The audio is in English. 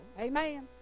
amen